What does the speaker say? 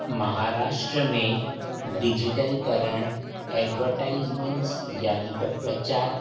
महाराष्ट्र में डिजिटल करणु एडवरटाइज़मेंट्स यानी त प्रचार